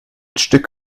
stück